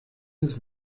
ins